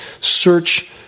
search